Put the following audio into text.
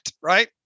right